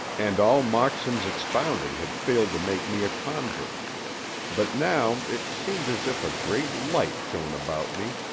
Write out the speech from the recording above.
and all moxon's expounding had failed to make me a convert but now it seemed as if a great light shone about me,